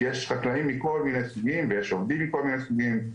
כי יש חקלאים מכל מיני סוגים ויש עובדים מכל מיני סוגים,